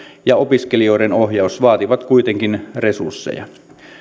ja opiskelijoiden ohjaus vaativat kuitenkin resursseja